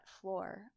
floor